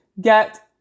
get